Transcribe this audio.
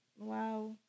Wow